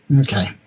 Okay